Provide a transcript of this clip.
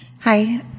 Hi